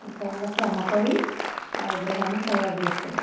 చాలా శ్రమపడి ఆ విగ్రహాన్ని తయారు చేశాం